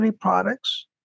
products